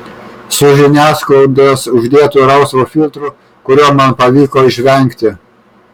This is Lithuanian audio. su žiniasklaidos uždėtu rausvu filtru kurio man pavyko išvengti